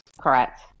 Correct